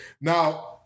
Now